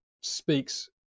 speaks